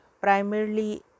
primarily